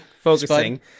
focusing